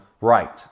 Right